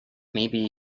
maybe